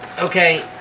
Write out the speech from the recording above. okay